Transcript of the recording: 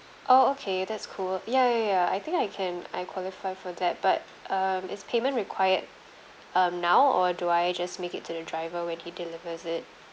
oh okay that's cool ya ya ya I think I can I'm qualified for that but um is payment required um now or do I just make it to the driver when he delivers it